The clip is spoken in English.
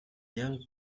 young